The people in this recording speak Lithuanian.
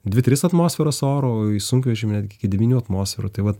dvi tris atmosferas oro o į sunkvežimį iki devynių atmosferų tai vat